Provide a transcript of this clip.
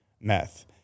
meth